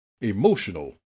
Emotional